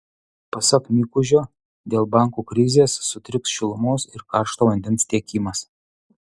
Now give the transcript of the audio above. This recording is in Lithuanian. pasak mikužio dėl bankų krizės sutriks šilumos ir karšto vandens tiekimas